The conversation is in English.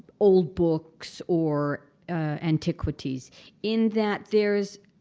old books or antiquities in that there is